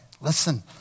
Listen